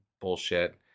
bullshit